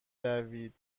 روید